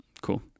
Cool